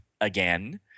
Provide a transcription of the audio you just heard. again